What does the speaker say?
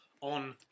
on